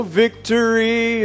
victory